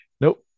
Nope